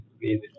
baby